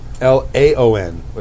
L-A-O-N